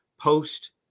post